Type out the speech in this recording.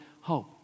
hope